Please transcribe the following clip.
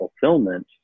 fulfillment